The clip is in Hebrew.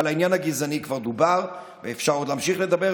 כי על העניין הגזעני כבר דובר ואפשר עוד להמשיך לדבר.